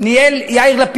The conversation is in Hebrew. גברתי היושבת-ראש,